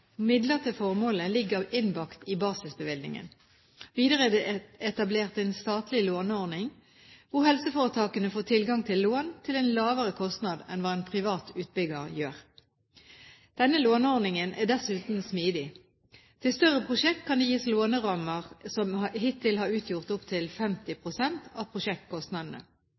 Midler til formålet ligger innbakt i basisbevilgningen. Videre er det etablert en statlig låneordning, hvor helseforetakene får tilgang til lån til en lavere kostnad enn hva en privat utbygger gjør. Denne låneordningen er dessuten smidig. Til større prosjekter kan det gis lånerammer som hittil har utgjort opp til 50 pst. av prosjektkostnadene.